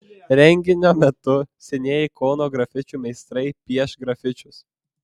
renginio metu senieji kauno grafičių meistrai pieš grafičius